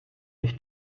než